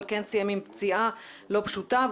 אבל כן סיים עם פציעה לא פשוטה,